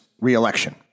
reelection